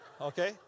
okay